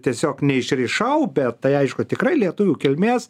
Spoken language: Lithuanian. tiesiog neišrišau bet tai aišku tikrai lietuvių kilmės